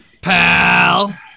Pal